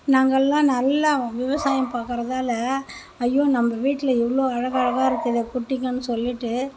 நாங்க எல்லாம் நல்லா விவசாயம் பார்க்குறதால ஐயோ நம்ம வீட்டில் இவ்வளோ அழகாக அழகாகா இருக்குதே குட்டிகன்னு சொல்லிவிட்டு